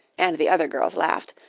and the other girls laughed,